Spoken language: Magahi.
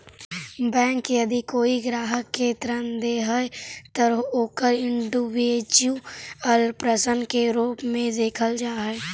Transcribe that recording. बैंक यदि कोई ग्राहक के ऋण दे हइ त ओकरा इंडिविजुअल पर्सन के रूप में देखल जा हइ